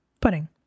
pudding